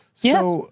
Yes